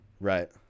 Right